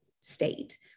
state